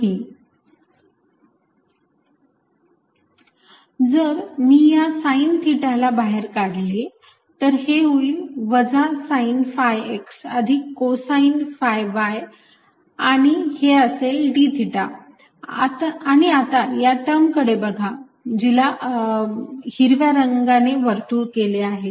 drdrrdrrr rsinθcosϕxsinθsinϕycosθz drcosθcosϕdθxsinθ sinϕdϕxcosθsinϕdθysinθcosϕdϕy sinθz जर मी या साईन थिटा ला बाहेर काढले तर हे होईल वजा साईन phi x अधिक कोसाइन phi y आणि हे असेल d थिटा आणि आता या टर्म कडे बघा जिला हिरव्या रंगाने वर्तुळ केले आहे